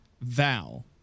Val